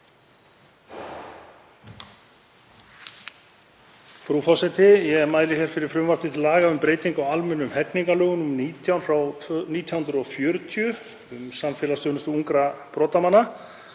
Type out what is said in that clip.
Frú forseti. Ég mæli hér fyrir frumvarpi til laga um breytingu á almennum hegningarlögum, nr. 19/1940, um samfélagsþjónustu ungra brotamanna.